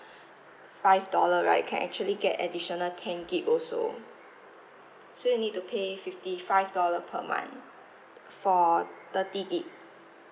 five dollar right you can actually get additional ten gig also so you need to pay fifty five dollar per month for thirty gig